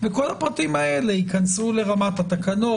וכל הפרטים האלה ייכנסו לרמת התקנות,